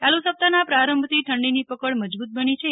ચાલુ સપ્તાહના પ્રારંભથી ઠંડીની પક્કડ મજબૂત બની છે